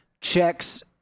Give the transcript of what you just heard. checks